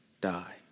die